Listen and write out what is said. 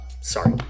sorry